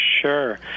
Sure